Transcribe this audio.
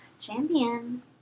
champion